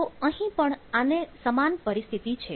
તો અહીં પણ આને સમાન પરિસ્થિતિ છે